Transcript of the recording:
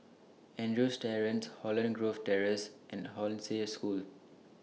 Andrews Terrace Holland Grove Terrace and Hollandse School